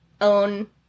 own